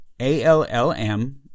ALLM